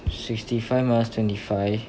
sixty five minus twenty five